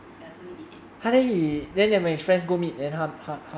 ya so he did it